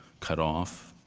cut off.